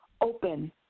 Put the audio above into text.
open